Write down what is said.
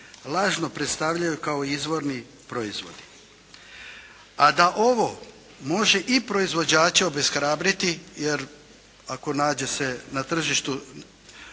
lažno predstavljaju kao izvorni proizvodi, a da ovo može i proizvođača obeshrabriti, jer ako nađe se na tržištu